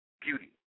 beauty